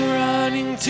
running